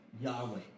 Yahweh